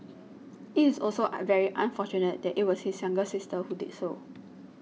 it is also very unfortunate that it was his younger sister who did so